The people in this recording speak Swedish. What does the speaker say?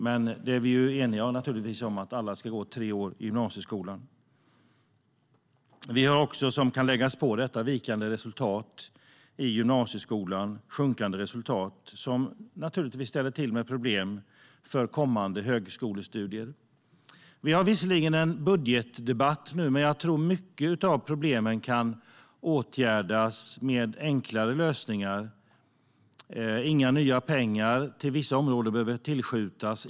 Men vi är naturligtvis eniga om att alla ska gå tre år i gymnasieskolan. Vi ser också sjunkande resultat i gymnasieskolan, vilket naturligtvis ställer till med problem för kommande högskolestudier. Vi har visserligen en budgetdebatt nu, men jag tror att mycket av problemen kan åtgärdas med enklare lösningar. Inga nya pengar behöver tillskjutas till vissa områden.